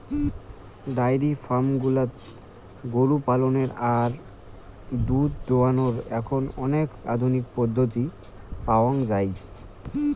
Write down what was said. diary farm গুলাত গরু পালনের আর দুধ দোহানোর এখন অনেক আধুনিক পদ্ধতি পাওয়াঙ যাই